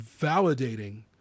validating